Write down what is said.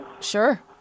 Sure